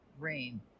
rain